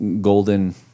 Golden